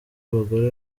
abagore